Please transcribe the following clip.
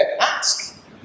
ask